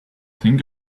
think